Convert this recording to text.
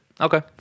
Okay